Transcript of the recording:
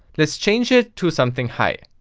let's change it to something high.